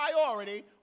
priority